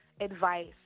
advice